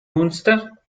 münster